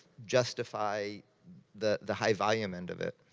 justify the the high-volume end of it.